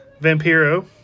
Vampiro